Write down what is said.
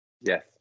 Yes